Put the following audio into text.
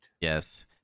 Yes